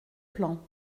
plan